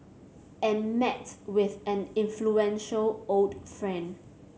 and met with an influential old friend